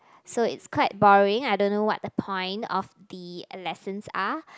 so it's quite boring I don't know what the point of the lessons are